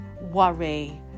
worry